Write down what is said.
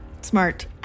Smart